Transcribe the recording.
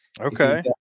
okay